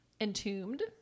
entombed